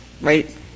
right